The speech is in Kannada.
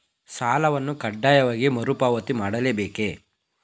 ಸಾಲವನ್ನು ಕಡ್ಡಾಯವಾಗಿ ಮರುಪಾವತಿ ಮಾಡಲೇ ಬೇಕೇ?